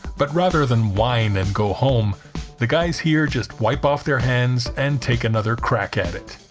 but rather than whine and go home the guys here just wipe off their hands and take another crack at it